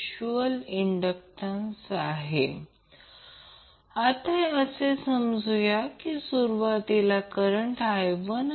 तर YL हे या इंडक्टिव सर्किटचे ऍडमिटन्स आहे